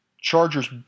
Chargers